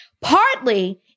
Partly